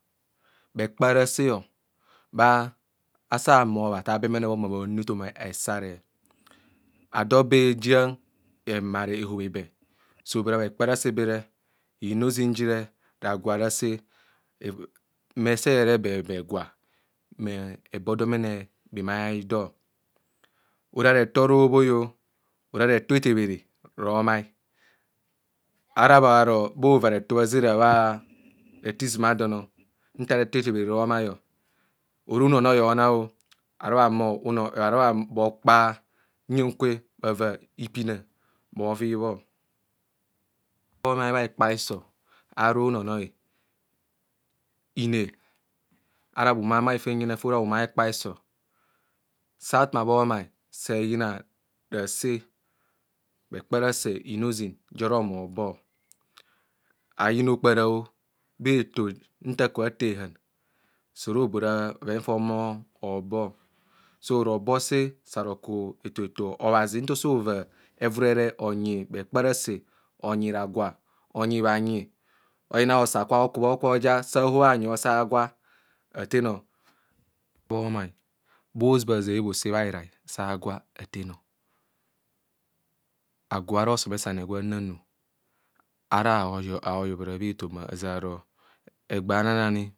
Bhekpa rase bha asa bha humo bha tha bemene bho mma bhanu ethoma hesare. Ado benjiana emare ehumo ehobe be so gba ora bhekparese jere, inozin wire ara ragwa jere esa egwa ehumo ebo bhimai aldo. Ora retho robhoi, ora retho etebhere romai, ara bhori bhova reto azera bha reto hizuma din, nta reto etebhene ro- omai ọ. Ora unonoi omai, ara o bhokpa huyan kwere bhava ipine bhovi bho. So omai bha ekpa iso ara unonoi, ineb ara bhumamai fenjene fe ora bhumai ekpaiso, so akuma bho omai so oyina rase bhekpa rase inozin, je era ehumo oobo. Ayina okpara o bhetonta akubho atee hehaan so ora ogbora bhoven fa ehumo oobo so robo se sa roku eto- oho-ɛto, obhaʒi nta osa ova evurere onyi bhekpa rase onyi ragnia, onyi bhanyi, oyina hosaa kwa hokubho, kwe oja sa ahobha bhanyu bho agwa atten o. Bhumai oyina ntara bhoʒeb rase bha bhirsi attạạno. Osom esani gwa ananu ara ayobhere bho aʒeng aro egbee anarani.